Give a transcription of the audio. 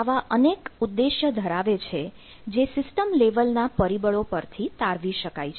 આવા અનેક ઉદ્દેશ ધરાવે છે જે સિસ્ટમ લેવલના પરિબળો પરથી તારવી શકાય છે